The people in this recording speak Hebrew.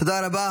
תודה רבה.